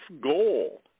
goal